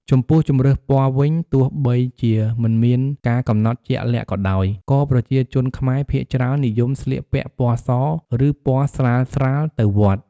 ចំពោះជម្រើសពណ៌វិញ ទោះបីជាមិនមានការកំណត់ជាក់លាក់ក៏ដោយ ក៏ប្រជាជនខ្មែរភាគច្រើននិយមស្លៀកពាក់ពណ៌ស ឬពណ៌ស្រាលៗទៅវត្ត។